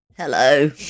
hello